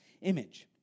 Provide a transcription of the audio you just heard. image